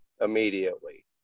immediately